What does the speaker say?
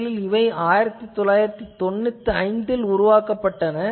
முதலில் 1995 ல் இவை உருவாக்கப்பட்டன